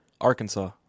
Arkansas